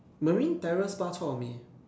Marine Terrace bak-chor-mee